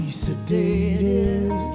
sedated